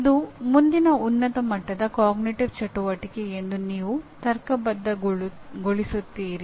ಇದು ಮುಂದಿನ ಉನ್ನತ ಮಟ್ಟದ ಅರಿವಿನ ಚಟುವಟಿಕೆ ಎಂದು ನೀವು ತರ್ಕಬದ್ಧಗೊಳಿಸುತ್ತೀರಿ